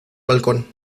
balcón